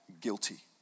guilty